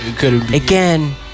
Again